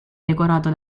decorato